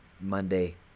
Monday